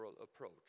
approach